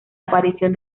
aparición